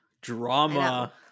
Drama